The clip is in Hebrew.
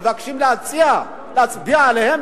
מבקשים להציע להצביע עליהם,